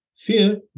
Fear